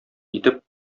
итеп